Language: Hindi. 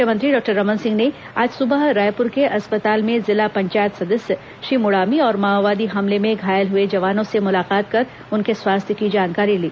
मुख्यमंत्री डॉक्टर रमन सिंह ने आज सुबह रायपुर के अस्पताल में जिला पंचायत सदस्य श्री मुड़ामी और माओवादी हमले में घायल हुए जवानों से मुलाकात कर उनके स्वास्थ्य की जानकारी ली